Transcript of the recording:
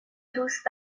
دوست